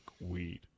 weed